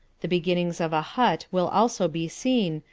the beginnings of a hut will also be seen,